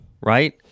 right